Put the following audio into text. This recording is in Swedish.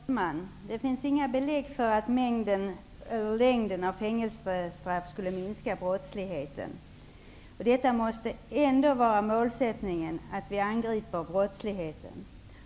Herr talman! Det finns inga belägg för att längden på fängelsestraffen skulle minska brottsligheten. Målsättningen måste ändå vara att vi angriper brottsligheten.